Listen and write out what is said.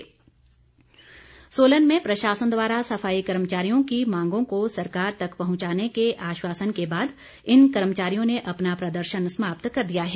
सफाई कर्मचारी सोलन में प्रशासन द्वारा सफाई कर्मचारियों की मांगों को सरकार तक पहुंचाने के आश्वासन के बाद इन कर्मचारियों ने अपना प्रदर्शन समाप्त कर दिया है